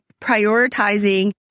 prioritizing